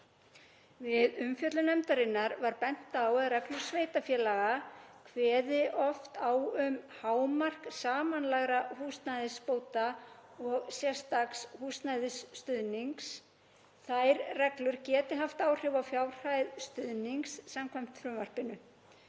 Við umfjöllun nefndarinnar var bent á að reglur sveitarfélaga kveði oft á um hámark samanlagðra húsnæðisbóta og sérstaks húsnæðisstuðnings. Þær reglur geti haft áhrif á fjárhæð stuðnings samkvæmt frumvarpinu.